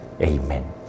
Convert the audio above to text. Amen